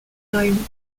time